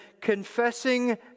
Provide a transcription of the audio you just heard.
confessing